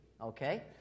okay